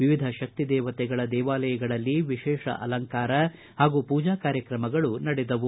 ವಿವಿಧ ಶಕ್ತಿ ದೇವತೆಗಳ ದೇವಾಲಯಗಳಲ್ಲಿ ವಿಶೇಷ ಅಲಂಕಾರ ಹಾಗೂ ಪೂಜಾ ಕಾರಕ್ತಮ ನಡೆದವು